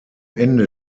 ende